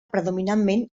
predominantment